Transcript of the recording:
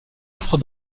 offres